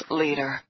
leader